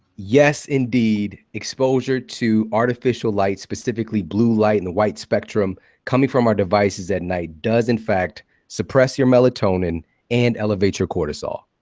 yes indeed, exposure to artificial light, specifically blue light and the white spectrum coming from our devices at night, does in fact suppress your melatonin and elevate your cortisol,